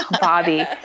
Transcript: Bobby